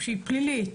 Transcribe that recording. שהיא פלילית.